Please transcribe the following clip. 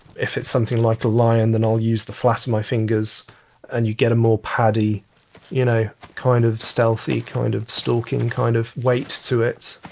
if it's something like a lion, then i'll use the flat of my fingers and you get a more paddy you know kind of stealthy, kind of stalking kind of weight to it